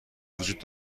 وجود